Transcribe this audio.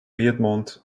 piedmont